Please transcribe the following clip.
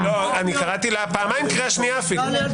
קראתי לה פעמיים, קריאה שנייה אפילו.